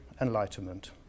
enlightenment